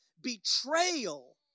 betrayal